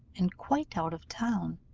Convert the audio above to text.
and quite out of town